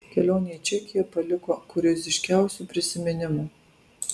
kelionė į čekiją paliko kurioziškiausių prisiminimų